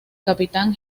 capitán